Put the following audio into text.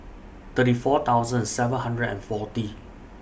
thirty four thousand seven hundred and forty